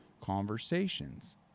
conversations